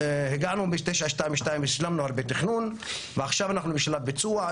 ב-922 השלמנו הרבה תכנון ועכשיו אנחנו בשלב ביצוע.